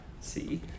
see